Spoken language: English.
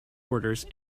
orders